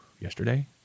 yesterday